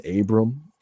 Abram